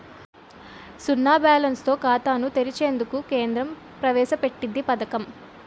సున్నా బ్యాలెన్స్ తో ఖాతాను తెరిచేందుకు కేంద్రం ప్రవేశ పెట్టింది పథకం